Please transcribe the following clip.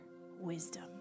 wisdom